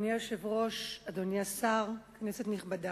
אדוני היושב-ראש, אדוני השר, כנסת נכבדה,